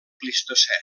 plistocè